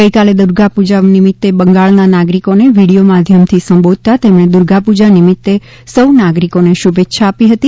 ગઈકાલે દુર્ગાપૂજા નિમિત્તે બંગાળના નાગરિકોને વિડીયો માધ્યમથીસંબોધતા તેમણે દુર્ગાપૂજા નિમિત્તે સહુ નાગરિકોને શુભેચ્છાઓ આપી હતી